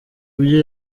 byo